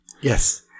yes